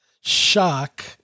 shock